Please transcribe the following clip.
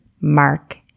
Mark